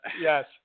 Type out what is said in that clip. Yes